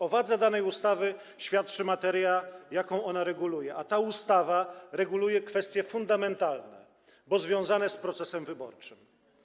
O wadze danej ustawy świadczy materia, jaką ona reguluje, a ta ustawa reguluje kwestie fundamentalne, bo związane z procesem wyborczym.